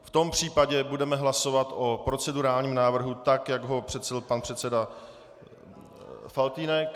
V tom případě budeme hlasovat o procedurálním návrhu tak, jak ho přednesl pan předseda Faltýnek.